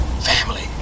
family